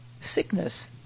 sickness